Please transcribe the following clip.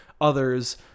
others